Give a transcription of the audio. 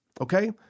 Okay